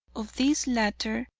of these latter,